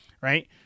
right